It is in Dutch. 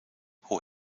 hoe